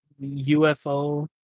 UFO